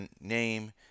name